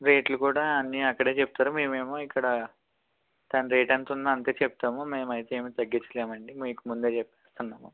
రేట్లు కూడా అన్నీ అక్కడే చెప్తారు మేమేమో ఇక్కడ దాని రేట్ ఎంతుందో అంతే చెప్తాము మేమైతే ఏమి తగ్గించలేమండీ మీకు ముందే చెప్పేస్తున్నాము